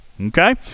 Okay